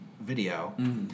video